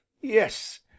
Yes